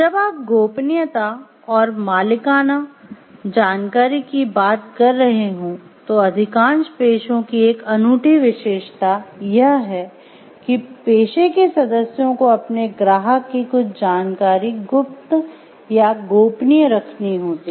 जब आप गोपनीयता और मालिकाना जानकारी की बात कर रहे हों तो अधिकांश पेशों की एक अनूठी विशेषता यह है कि पेशे के सदस्यों को अपने ग्राहक की कुछ जानकारी गुप्त रखनी होती है